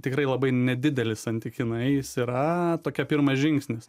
tikrai labai nedidelis santykinai jis yra tokia pirmas žingsnis